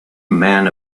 man